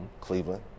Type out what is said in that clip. Cleveland